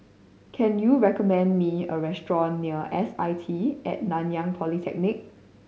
can you recommend me a restaurant near S I T At Nanyang Polytechnic